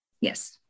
Yes